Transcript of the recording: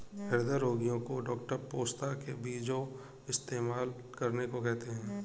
हृदय रोगीयो को डॉक्टर पोस्ता के बीजो इस्तेमाल करने को कहते है